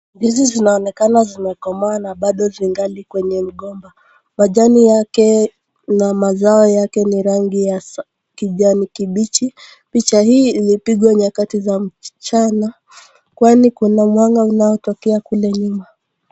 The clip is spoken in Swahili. Ndizi zinaonekana zimekomaa na bado zingali kwenye mgomba, majani yake na mazao yake ni rangi ya kijani kibichi. Picha hii ilipigwa nyakati za mchana kwani kuna mwanga unaotokea kule nyuma.